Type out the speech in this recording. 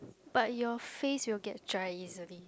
but your face you will get dry easily